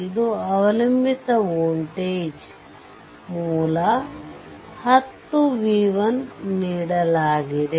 ಇದು ಅವಲಂಬಿತ ವೋಲ್ಟೇಜ್ ಮೂಲ 10 v1 ನೀಡಲಾಗಿದೆ